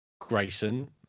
Grayson